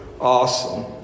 awesome